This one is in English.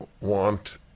want